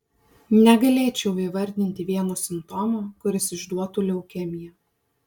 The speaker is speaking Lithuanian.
negalėčiau įvardinti vieno simptomo kuris išduotų leukemiją